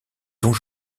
dont